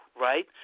right